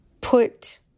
put